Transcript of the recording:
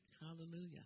Hallelujah